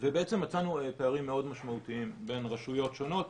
ומצאנו פערים מאוד משמעותיים בין רשויות שונות.